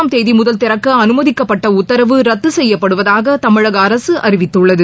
ஆம் தேதி முதல் திறக்க அனுமதிக்கப்பட்ட உத்தரவு ரத்து செய்யப்படுவதாக தமிழக அரசு அறிவித்துள்ளது